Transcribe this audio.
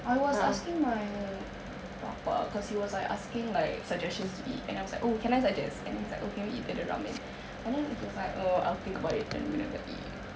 I was asking my bapa cause he was like asking like suggestions to eat and I was like oh can I suggest then I was like oh can we eat at the ramen and then he was like err I'll think about it then we never eat